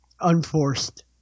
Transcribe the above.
Unforced